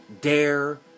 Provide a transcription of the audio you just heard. Dare